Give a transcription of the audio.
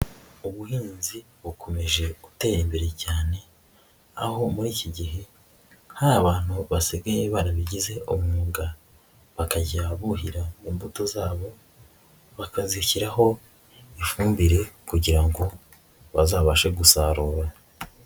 Ubuhinzi bukomeje gutera imbere cyane aho muri iki gihe hari abantu basigaye barabigize umwuga bakajya buhira ku mbuto zabo bakazishyiraho ifumbire kugira ngo bazabashe gusarura.